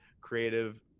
creative